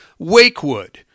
wakewood